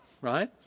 right